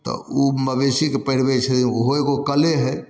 तऽ ओ मवेशीके पहिराबै छथिन ओहो एगो कले हइ